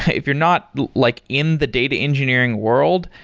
if you're not like in the data engineering world,